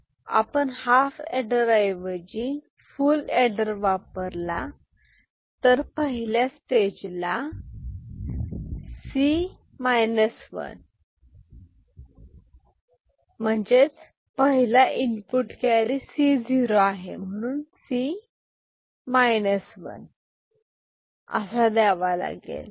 आपण half adder ऐवजी full adder वापरला तर पहिल्या स्टेजला C 1 म्हणजे पहिला इनपुट कॅरी C0 आहे